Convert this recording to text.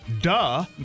Duh